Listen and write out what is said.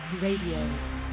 Radio